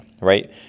right